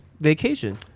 Vacation